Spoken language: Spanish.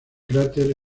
cráter